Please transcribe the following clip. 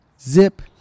zip